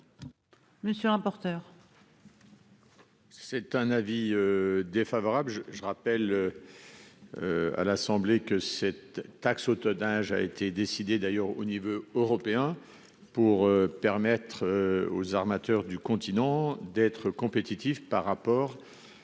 monsieur le rapporteur